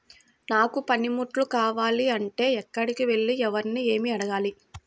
నాకు పనిముట్లు కావాలి అంటే ఎక్కడికి వెళ్లి ఎవరిని ఏమి అడగాలి?